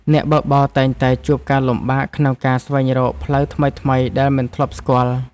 អ្នកបើកបរតែងតែជួបការលំបាកក្នុងការស្វែងរកផ្លូវថ្មីៗដែលមិនធ្លាប់ស្គាល់។